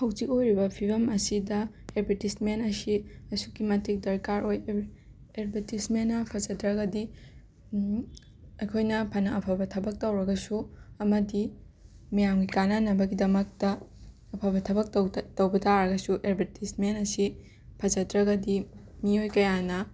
ꯍꯧꯖꯤꯛ ꯑꯣꯏꯔꯤꯕ ꯐꯤꯕꯝ ꯑꯁꯤꯗ ꯑꯦꯗꯚꯔꯇꯤꯁꯃꯦꯟ ꯑꯁꯤ ꯑꯁꯨꯛꯀꯤ ꯃꯇꯤꯛ ꯗꯔꯀꯥꯔ ꯑꯣꯏ ꯑꯦꯗ ꯑꯦꯗꯚꯔꯇꯤꯁꯃꯦꯟꯅ ꯐꯖꯗ꯭ꯔꯒꯗꯤ ꯑꯩꯈꯣꯏꯅ ꯐꯅ ꯑꯐꯕ ꯊꯕꯛ ꯇꯧꯔꯒꯁꯨ ꯑꯃꯗꯤ ꯃꯌꯥꯝꯒꯤ ꯀꯥꯟꯅꯅꯕꯒꯤꯗꯃꯛꯇ ꯑꯐꯕ ꯊꯕꯛ ꯇꯧ ꯇꯥ ꯇꯧꯕ ꯇꯥꯔꯒꯁꯨ ꯑꯦꯗꯚꯔꯇꯤꯁꯃꯦꯟ ꯑꯁꯤ ꯐꯖꯗ꯭ꯔꯒꯗꯤ ꯃꯤꯑꯣꯏ ꯀꯌꯥꯅ